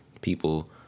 people